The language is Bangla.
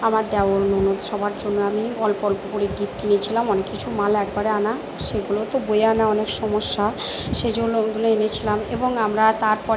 আমার দেওর ননদ সবার জন্য আমি অল্প অল্প করে গিফট কিনেছিলাম অনেক কিছু মাল একবারে আনা সেগুলো তো বয়ে আনা অনেক সমস্যা সেজন্য ওগুলো এনেছিলাম এবং আমরা তার পরে